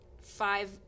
five